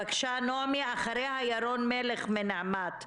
בבקשה, נעמי, אחריה ירון מלך מנעמ"ת,